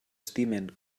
estimen